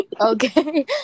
Okay